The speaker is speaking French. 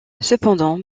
cependant